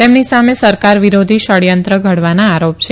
તેમની સામે સરકાર વિરોધી ષડયંત્ર ઘડવાના આરોપ છે